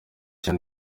kenya